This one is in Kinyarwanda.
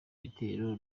bitero